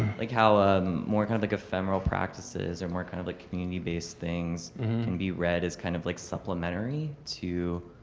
like how a more kind of like ephemeral practices or more kind of like community-based things can be read as kind of like supplementary to